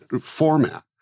format